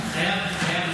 זה חייב הסבר.